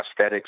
prosthetics